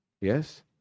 Yes